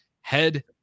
head